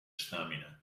stamina